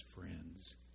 friends